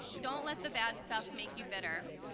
don't let the bad stuff make you bitter.